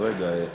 אז רגע.